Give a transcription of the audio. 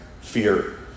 Fear